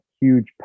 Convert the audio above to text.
huge